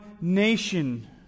nation